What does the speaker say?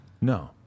No